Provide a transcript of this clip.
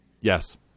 yes